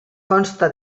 consta